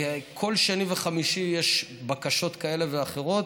כל שני וחמישי יש בקשות כאלה ואחרות,